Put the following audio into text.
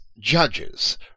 judges